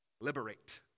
liberate